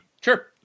Sure